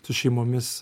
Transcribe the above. su šeimomis